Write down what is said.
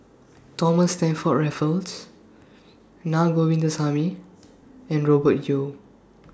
Thomas Stamford Raffles Naa Govindasamy and Robert Yeo